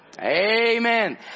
Amen